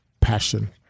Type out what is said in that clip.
passion